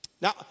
Now